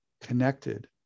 connected